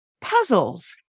puzzles